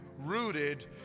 rooted